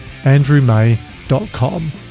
andrewmay.com